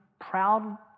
proud